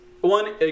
one